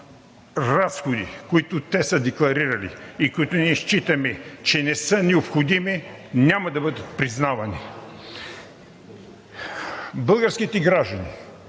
начин разходи, които те са декларирали и които ние считаме, че не са необходими, няма да бъдат признавани. Българските граждани